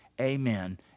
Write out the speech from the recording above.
amen